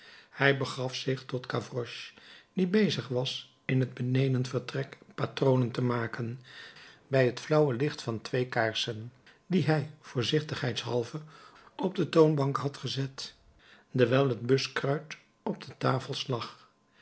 hij begaf zich tot gavroche die bezig was in het benedenvertrek patronen te maken bij het flauwe licht van twee kaarsen die hij voorzichtigheidshalve op de toonbank had gezet dewijl het buskruit op de tafels lag